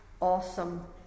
awesome